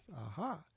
Aha